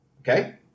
Okay